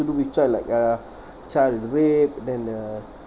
do to a child like uh child rape and then uh